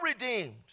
redeemed